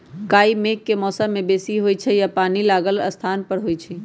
काई मेघ के मौसम में बेशी होइ छइ आऽ पानि लागल स्थान पर होइ छइ